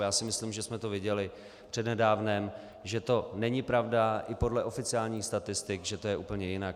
Já si myslím, že jsme to viděli přednedávnem, že to není pravda i podle oficiálních statistik, že to je úplně jinak.